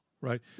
Right